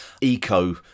eco